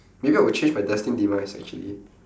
maybe I will change my destined demise actually